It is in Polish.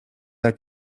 jak